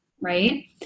right